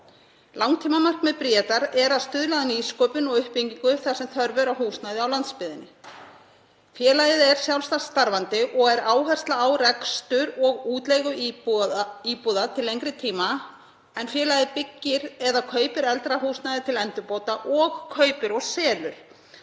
langtímamarkmið þess er að stuðla að nýsköpun og uppbyggingu þar sem þörf er á húsnæði á landsbyggðinni. Félagið er sjálfstætt starfandi og er áhersla á rekstur og útleigu íbúða til lengri tíma en félagið byggir eða kaupir eldra húsnæði til endurbóta og kaupir og selur,